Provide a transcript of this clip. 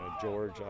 George